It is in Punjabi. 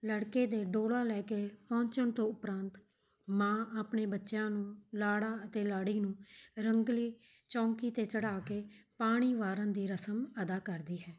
ਲੜਕੇ ਦੇ ਡੋਲਾ ਲੈ ਕੇ ਪਹੁੰਚਣ ਤੋਂ ਉਪਰੰਤ ਮਾਂ ਆਪਣੇ ਬੱਚਿਆਂ ਨੂੰ ਲਾੜਾ ਅਤੇ ਲਾੜੀ ਨੂੰ ਰੰਗਲੀ ਚੌਂਕੀ 'ਤੇ ਚੜ੍ਹਾਅ ਕੇ ਪਾਣੀ ਵਾਰਨ ਦੀ ਰਸਮ ਅਦਾ ਕਰਦੀ ਹੈ